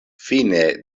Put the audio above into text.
fine